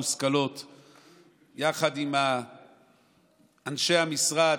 יחד עם אנשי המשרד,